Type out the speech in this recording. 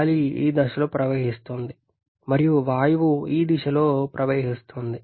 గాలి ఈ దిశలో ప్రవహిస్తోంది మరియు వాయువు ఈ దిశలో ప్రవహిస్తోంది